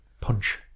punch